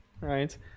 right